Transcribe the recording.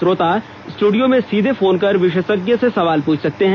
श्रोता स्टूडियो में सीधे फोन कर विशेषज्ञ से सवाल पूछ सकते हैं